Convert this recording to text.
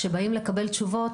כשבאים לקבל תשובות,